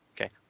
Okay